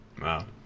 Wow